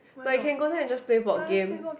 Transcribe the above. like you can go there and just play board game